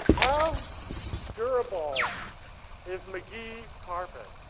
how durable is mcgee carpet?